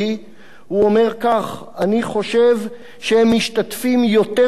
הוא אומר כך: אני חושב שהם משתתפים יותר בעבודה,